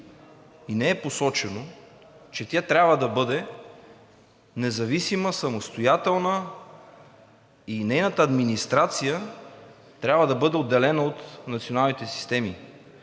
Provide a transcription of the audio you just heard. и не е посочено, че тя трябва да бъде независима, самостоятелна и нейната администрация трябва да бъде отделена от националните системи.